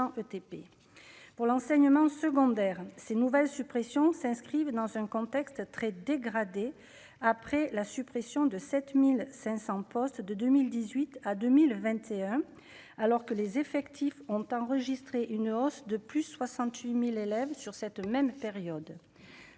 pour l'enseignement secondaire, ces nouvelles suppressions s'inscrivent dans un contexte très dégradé après la suppression de 7500 postes de 2018 à 2021 alors que les effectifs ont enregistré une hausse de plus de 68000 élèves sur cette même période,